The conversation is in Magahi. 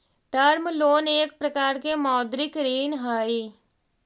टर्म लोन एक प्रकार के मौदृक ऋण हई